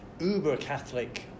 uber-Catholic